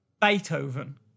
Beethoven